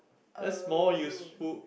oh